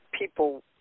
people